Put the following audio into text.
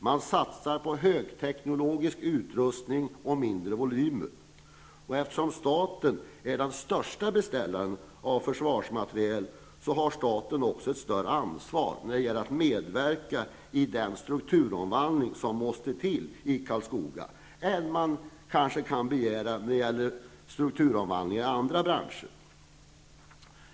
Man satsar på högteknologisk utrustning och mindre volymer. Eftersom staten är den största beställaren av försvarsmateriel, har staten också ett större ansvar när det gäller att medverka i den strukturomvandling som måste till i Karlskoga än vad man kanske kan begära när det gäller strukturomvandling i andra branscher.